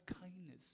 kindness